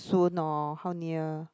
soon or how near